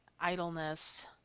idleness